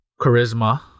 charisma